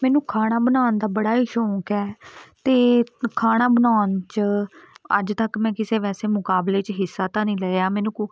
ਮੈਨੂੰ ਖਾਣਾ ਬਣਾਉਣ ਦਾ ਬੜਾ ਹੀ ਸ਼ੌਕ ਹੈ ਅਤੇ ਖਾਣਾ ਬਣਾਉਣ 'ਚ ਅੱਜ ਤੱਕ ਮੈਂ ਕਿਸੇ ਵੈਸੇ ਮੁਕਾਬਲੇ 'ਚ ਹਿੱਸਾ ਤਾਂ ਨਹੀਂ ਲਿਆ ਮੈਨੂੰ ਕੁ